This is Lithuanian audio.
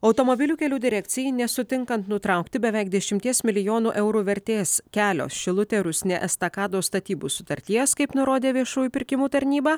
automobilių kelių direkcijai nesutinkant nutraukti beveik dešimties milijonų eurų vertės kelio šilutė rusnė estakados statybų sutarties kaip nurodė viešųjų pirkimų tarnyba